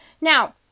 Now